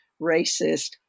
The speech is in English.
racist